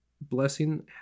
blessing